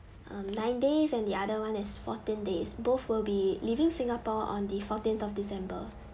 um nine days and the other one is fourteen days both will be leaving singapore on the fourteenth of december